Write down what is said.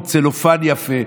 עם צלופן יפה.